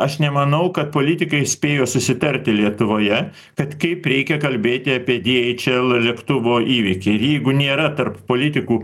aš nemanau kad politikai spėjo susitarti lietuvoje kad kaip reikia kalbėti apie dieičel lėktuvo įvykį ir jeigu nėra tarp politikų